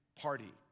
party